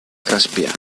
crespià